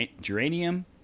geranium